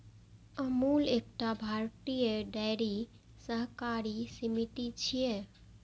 अमूल एकटा भारतीय डेयरी सहकारी समिति छियै